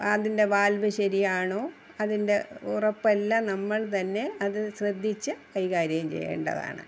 അതിൻ്റെ വാൽവ് ശെരിയാണോ അതിൻ്റെ ഉറപ്പെല്ലാം നമ്മൾ തന്നെ അത് ശ്രദ്ധിച്ച് കൈകാര്യം ചെയ്യേണ്ടതാണ്